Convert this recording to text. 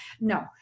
no